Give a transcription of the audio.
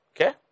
Okay